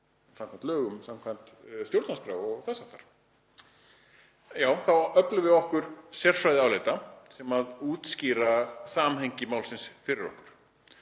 samkvæmt lögum, samkvæmt stjórnarskrá og þess háttar. Þá öflum við okkur sérfræðiálita sem útskýra samhengi málsins fyrir okkur.